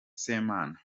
semana